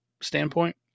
standpoint